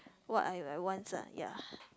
what I I wants ah ya